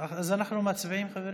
אנחנו מצביעים, חברים.